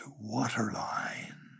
waterline